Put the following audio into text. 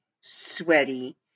sweaty